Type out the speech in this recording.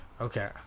Okay